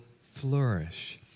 flourish